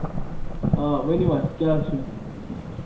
آ ؤنِو حظ کیٛاہ حظ چھُ